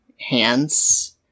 hands